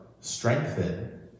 strengthen